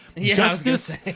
Justice